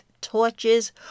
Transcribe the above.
torches